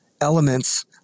elements